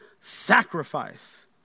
sacrifice